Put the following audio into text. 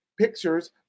pictures